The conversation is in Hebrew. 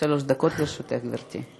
שלוש דקות לרשותך, גברתי.